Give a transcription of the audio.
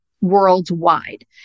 worldwide